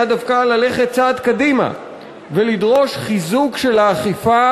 היה דווקא ללכת צעד קדימה ולדרוש חיזוק של האכיפה